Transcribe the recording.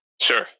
Sure